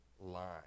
line